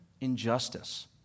injustice